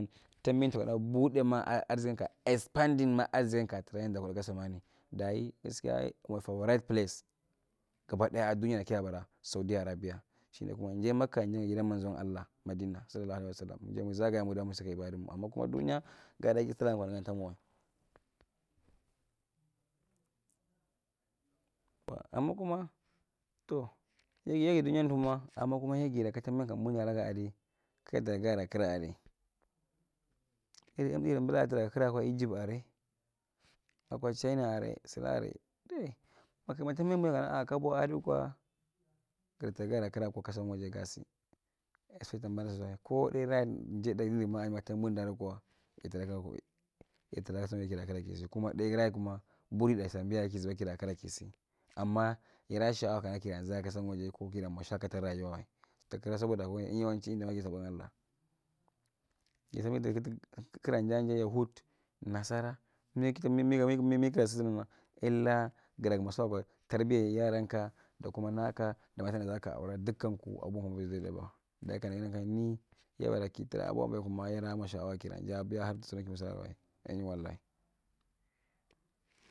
Tambi ta lawandaa buuda ma arzikim ka expanding ma arzikiyan ka yedda kudu samaani dayi kashiya from our rigt place gaba daya akw dunayae rakiya bara saudia shine kuma njae makka shinae kuma gidan manzon alla sallalawu alai wasallam muje muzaagaya musake ama kuma dunyae gaddi isra mwa nigan ta mwaway ama kuma tow yan ita iya lthuma kuma yegira kama taabian tambunda laagae adi gaa tra gaa laa kira aray iri mea bula ra taala kiraa kwa egypt aray auw chaina aray sula aray mataambi nukanaa kabiva di kwa gi tra gala mwa kiraa kwa kasan waje gaasi ko dai rigt tda jeada ninigi ma tambi bunda lak kwa itraa kwo ita tra kira kisi ko kuma right guma buri tda sambiyaye kilaa kiraa kisi ammaa yadaa shaaway kana kilaa zaagaya kasan waje ko ki mwa shaakata ko rawat takira sobo da agun yawanchi inda ake sobong alla takira kugla jai akwanja yahud masara illaa guda mwa saakwa tarbiyan yaaranka da kuma naaka da matanda zaka auwra dikkan ku dayi ka nigi nang kan ni yabara ki tra kwa abaku ma ydaa mwa shaawa har ki la jaabia wue siratisira wae tdanyi wullai.